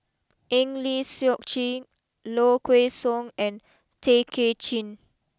Eng Lee Seok Chee Low Kway Song and Tay Kay Chin